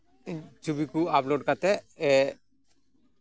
ᱪᱷᱚᱵᱤ ᱠᱚ ᱟᱯᱞᱳᱰ ᱠᱟᱛᱮᱫ